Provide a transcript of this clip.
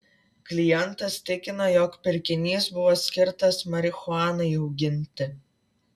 klientas tikina jog pirkinys buvo skirtas marihuanai auginti